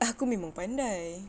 aku memang pandai